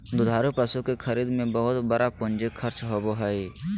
दुधारू पशु के खरीद में बहुत बड़ा पूंजी खर्च होबय हइ